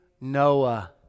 Noah